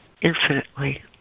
infinitely